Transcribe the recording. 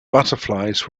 butterflies